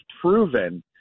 proven